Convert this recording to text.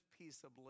peaceably